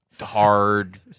hard